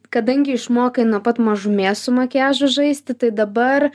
kadangi išmokai nuo pat mažumės su makiažu žaisti tai dabar